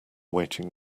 waiting